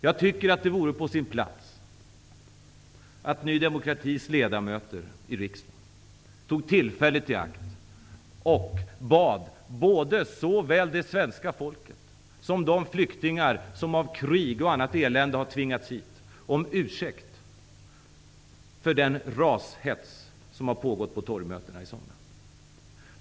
Jag tycker att det vore på sin plats att Ny demokratis ledamöter i riksdagen tog tillfället i akt och bad såväl det svenska folket som de flyktingar som har tvingats hit av krig och annat elände om ursäkt för den rashets som har pågått på torgmötena i sommar.